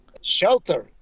shelter